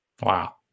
Wow